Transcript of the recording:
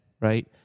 right